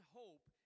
hope